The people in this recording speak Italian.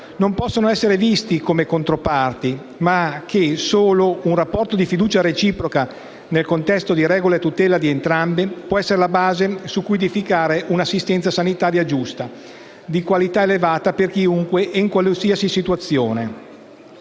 non possono essere visti come controparti, posto che solo un rapporto di fiducia reciproca, nel contesto di regole a tutela di entrambi, può essere la base su cui edificare un'assistenza sanitaria giusta e di qualità elevata per chiunque e in qualsiasi situazione.